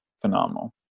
phenomenal